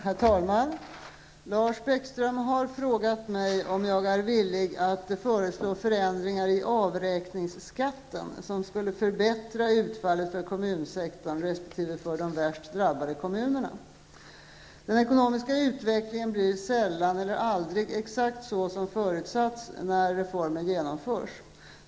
Herr talman! Lars Bäckström har frågat mig om jag är villig att föreslå förändringar i avräkningsskatten som skulle förbättra utfallet för kommunsektorn resp. för de värst drabbade kommunerna. Den ekonomiska utvecklingen blir sällan eller aldrig exakt så som förutsatts när reformer genomförs.